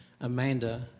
Amanda